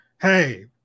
hey